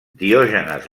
diògenes